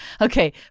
Okay